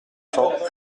cents